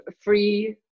free